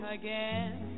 again